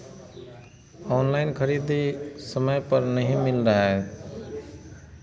online खरीदे समय पर नहीं मिल रहा है